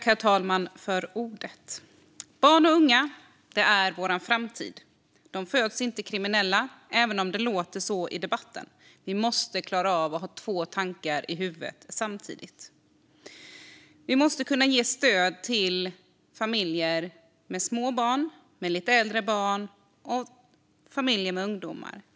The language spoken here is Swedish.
Herr talman! Barn och unga är vår framtid. De föds inte kriminella, även om det låter så i debatten. Vi måste klara av att ha två tankar i huvudet samtidigt. Vi måste kunna ge stöd till familjer med små barn, lite äldre barn och ungdomar.